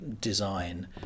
design